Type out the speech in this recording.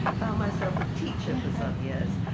found myself a teacher for some years.